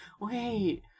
Wait